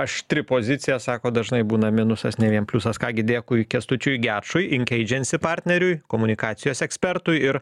aštri pozicija sakot dažnai būna minusas nei vien pliusas ką gi dėkui kęstučiui gečui ink agency partneriui komunikacijos ekspertui ir